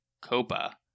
copa